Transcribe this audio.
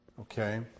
Okay